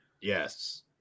yes